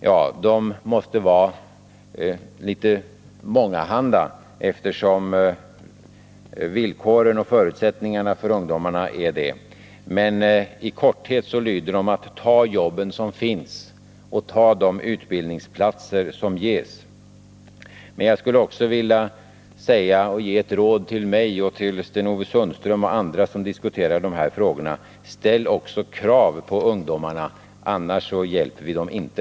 De råden måste bli litet mångahanda, eftersom villkoren och förutsättningarna för ungdomarna är det, men i korthet lyder de: Ta de jobb som finns och ta de utbildningsplatser som ges! Men jag skulle också vilja ge ett råd till mig och Sten-Ove Sundström och andra som diskuterar de här frågorna: Ställ också krav på ungdomarna! Annars hjälper vi dem inte.